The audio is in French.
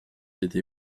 été